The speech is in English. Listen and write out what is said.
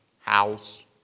house